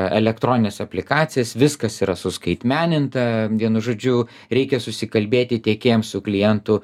elektronines aplikacijas viskas yra suskaitmeninta vienu žodžiu reikia susikalbėti tiekėjam su klientu